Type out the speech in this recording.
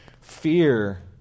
fear